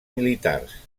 militars